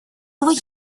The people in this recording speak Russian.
свои